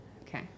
Okay